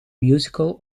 musical